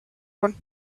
one